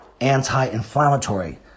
anti-inflammatory